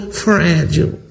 fragile